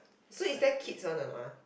so is there kids one or not ah